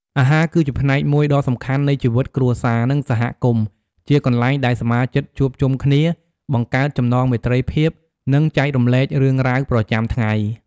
អាហារគឺជាផ្នែកមួយដ៏សំខាន់នៃជីវិតគ្រួសារ និងសហគមន៍ ជាកន្លែងដែលសមាជិកជួបជុំគ្នា បង្កើតចំណងមេត្រីភាព និងចែករំលែករឿងរ៉ាវប្រចាំថ្ងៃ។